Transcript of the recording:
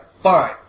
Fine